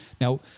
Now-